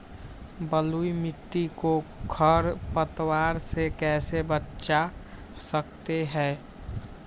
बलुई मिट्टी को खर पतवार से कैसे बच्चा सकते हैँ?